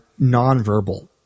nonverbal